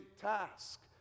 task